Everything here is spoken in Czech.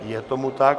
Je tomu tak.